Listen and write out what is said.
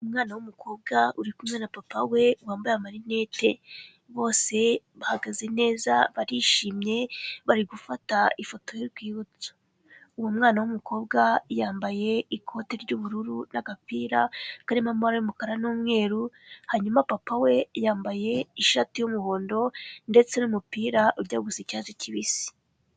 Umwana w'umukobwa uri kumwe na papa we, wambaye amarinete, bose bahagaze neza, barishimye, bari gufata ifoto y'urwibutso. Uwo mwana w'umukobwa yambaye ikote ry'ubururu n'agapira karimo amabara y'umukara n'umweru, hanyuma papa we yambaye ishati y'umuhondo ndetse n'umupira ujya gusa icyatsi kibisi.